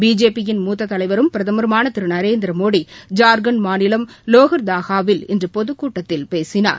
பிஜேபியின் மூத்ததலைவரும் பிரதருமானதிருநரேந்திரமோடி ஜார்கண்ட் மாநிலம் லோகார்தகாவில் இன்றுபொதுக்கூட்டத்தில் பேசினார்